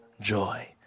joy